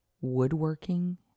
woodworking